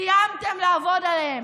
סיימתם לעבוד עליהם.